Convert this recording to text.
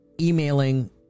emailing